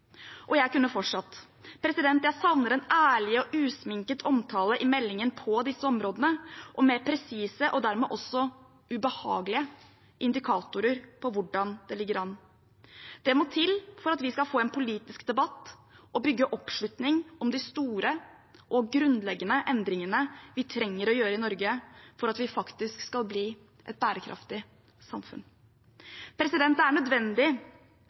Og jeg kunne fortsatt. Jeg savner en ærlig og usminket omtale i meldingen på disse områdene og mer presise og dermed også ubehagelige indikatorer på hvordan det ligger an. Det må til for at vi skal få en politisk debatt og bygge oppslutning om de store og grunnleggende endringene vi trenger å gjøre i Norge for at vi faktisk skal bli et bærekraftig samfunn. Det er nødvendig